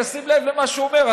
תשים לב למה שהוא אומר,